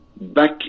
back